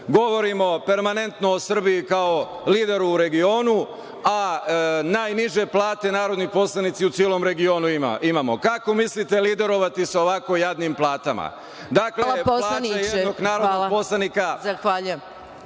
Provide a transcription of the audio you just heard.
Govorimo permanentno o Srbiji kao lideru u regionu, a najniže plate, kao narodni poslanici, u celom regionu imamo. Kako mislite liderovati sa ovako jadnim platama? Dakle, plata